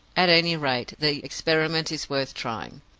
at any rate, the experiment is worth trying.